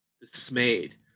dismayed